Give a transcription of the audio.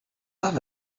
love